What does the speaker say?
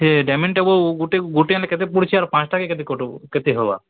ସେ ଗୋଟେକୁ ଗୋଟେ ଆଣ୍ଲେ କେତେ ପଡୁଛି ଆର ପାଞ୍ଚଟାକେ କେତେ କ କେତେ ହେବା